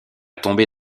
tomber